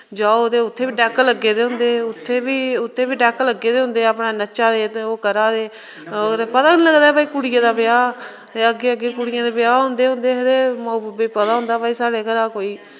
जाओ ते उत्थें बी डैक लग्गे दे होंदे उत्थें बी उत्थें बी डैक लग्गे दे होंदे अपनै नच्चा दे ते ओह् करा दे ओह् होर पता गै नेईं लगदा कि भाई कुड़िंये दा ब्याह् ते अग्गें अग्गें कुड़ियें दे ब्याह् होंदे होंदे हे ते माऊ बब्बै गी पता होंदा हा भाई साढ़े घरा दा कोई